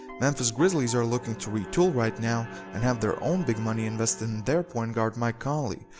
memphis grizzlies are looking to retool right now and have their own big money invested in their point guard mike conley,